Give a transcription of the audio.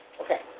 Okay